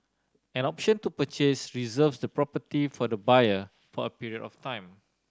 an option to purchase reserves the property for the buyer for a period of time